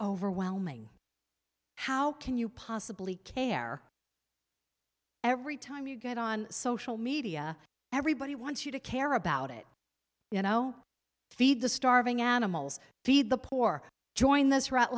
overwhelming how can you possibly care every time you get on social media everybody wants you to care about it you know feed the starving animals feed the poor join th